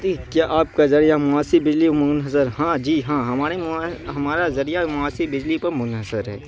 کیا آپ کا ذریعہ معاشی بجلی عموماً حضر ہاں جی ہاں ہمارے ہمارا ذریعہ معاشی بجلی پر منحصر ہے